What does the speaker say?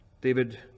David